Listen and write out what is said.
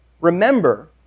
Remember